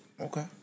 Okay